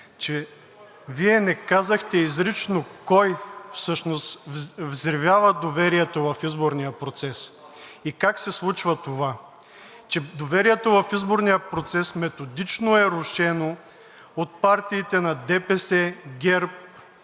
Вие не казахте изрично кой всъщност взривява доверието в изборния процес и как се случва това, че доверието в изборния процес методично е рушено от партиите на ДПС, ГЕРБ,